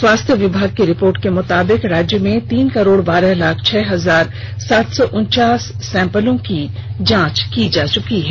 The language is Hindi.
स्वास्थ्य विभाग की रिपोर्ट के मुताबिक राज्य में तीन करोड़ बारह लाख छह हजार सात सौ उनचास सैंम्पल की जांच हो चुकी है